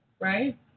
right